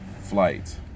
flight